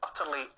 utterly